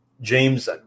James